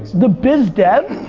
the biz dev?